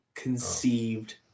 conceived